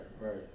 right